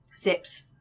zips